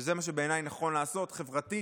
שזה מה שבעיניי נכון לעשות חברתית,